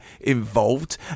involved